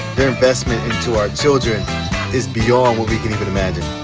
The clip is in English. their investment into our children is beyond what we can even imagine.